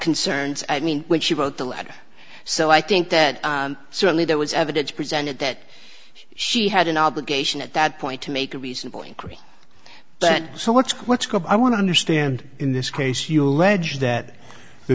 concerns i mean when she wrote the letter so i think that certainly there was evidence presented that she had an obligation at that point to make a reasonable inquiry but so what's what's going on i want to understand in this case you allege that the